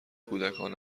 کودکان